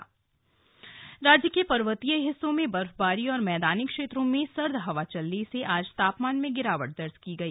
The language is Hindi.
मौसम राज्य के पर्वतीय हिस्सों में बर्फबारी और मैदानी क्षेत्रों में सर्द हवा चलने से आज तापमान में गिरावट दर्ज की गई